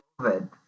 COVID